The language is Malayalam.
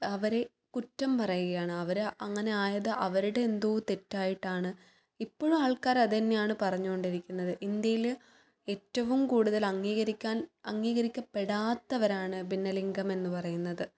അവരെ കുറ്റം പറയുകയാണ് അവർ അങ്ങനായത് അവരുടെ എന്തോ തെറ്റായിട്ടാണ് ഇപ്പോഴും ആൾക്കാർ അത് തന്നെയാണ് പറഞ്ഞോണ്ടിരിക്കുന്നത് ഇന്ത്യയിൽ ഏറ്റവും കൂടുതൽ അംഗീകരിക്കാൻ അംഗീകരിക്കപ്പെടാത്തവരാണ് ഭിന്നലിംഗം എന്ന് പറയുന്നത്